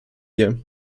year